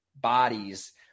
bodies